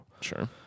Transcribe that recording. Sure